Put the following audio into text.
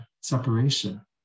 separation